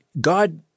God